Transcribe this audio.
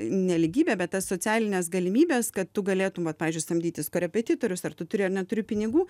nelygybė bet tas socialines galimybes kad tu galėtum vat pavyzdžiui samdytis korepetitorius ar tu turi ar neturi pinigų